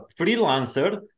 freelancer